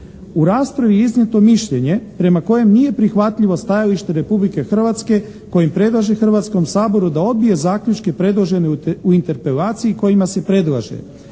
U raspravi je iznijeto mišljenje prema kojem nije prihvatljivo stajalište Republike Hrvatske, kojim predlaže Hrvatskom saboru da odbije zaključke predložene u interpelaciji kojima se predlaže